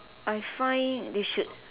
I find they should